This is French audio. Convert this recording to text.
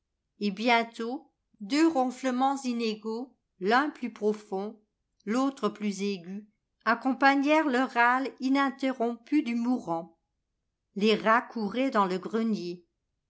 et bientôt deux ronflements inégaux l'un plus profond l'autre plus aigu accompagnèrent le râle ininterrompu du mourant les rats couraient dans le grenier